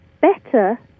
better